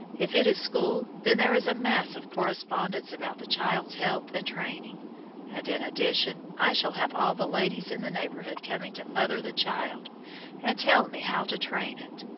if it is school, then there is a mass of correspondence about the child's health and training and, in addition, i shall have all the ladies in the neighborhood coming to mother the child and tell me how to train it.